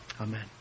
Amen